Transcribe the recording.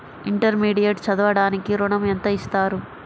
Intermediate చదవడానికి ఋణం ఎంత ఇస్తారు?